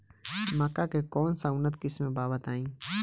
मक्का के कौन सा उन्नत किस्म बा बताई?